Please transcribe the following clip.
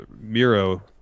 Miro